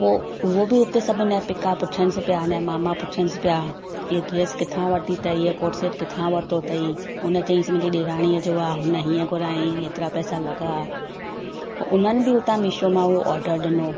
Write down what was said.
पोइ उहो बि उते सभिनि जा पेका पुछन्स पिया इने मामा पुछन्स पिया इए ड्रेस किथा वठी तई इए कोड सेट किथा वरितो अथई उन चईन्स मुंहिंजे ॾेरानीअ जो आहे हुन हीअं घुराई हेतिरा पैसा लॻा पोइ उन्हनि बि उता मीशो मां हूअ ऑडर ॾिनो